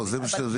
זה בסדר.